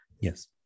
yes